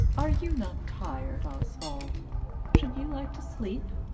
are you not tired, oswald should you like to sleep?